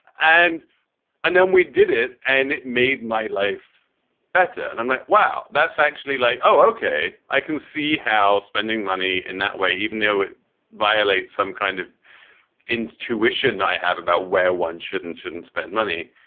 and and then we did it. and it made my life better. and i'm like, wow, that's actually like, oh, ok. i can see how spending money in that way, even though it violates some kind of intuition i have about where one shouldn't shouldn't spend money